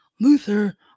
Luther